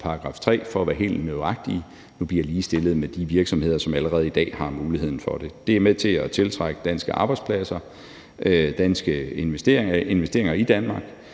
§ 3 – for at være helt nøjagtig – nu bliver ligestillet med de virksomheder, som allerede i dag har muligheden for det. Det er med til at tiltrække danske arbejdspladser, investeringer i Danmark,